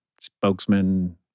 spokesman